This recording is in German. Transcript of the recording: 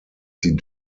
die